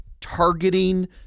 targeting